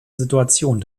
situation